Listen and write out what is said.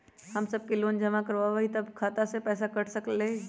जब समय पर लोन जमा न करवई तब खाता में से पईसा काट लेहई?